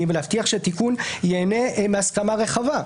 ולהבטיח שהתיקון ייהנה מהסכמה רחבה.